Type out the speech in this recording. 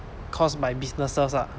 caused by businesses ah